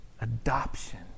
Adoption